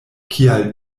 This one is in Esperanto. kial